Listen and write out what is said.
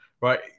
right